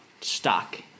stock